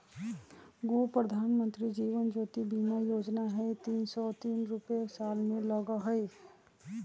गो प्रधानमंत्री जीवन ज्योति बीमा योजना है तीन सौ तीस रुपए साल में लगहई?